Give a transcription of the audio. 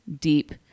deep